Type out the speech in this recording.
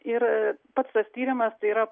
ir pats tas tyrimas tai yra